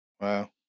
Wow